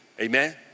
Amen